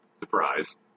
Surprise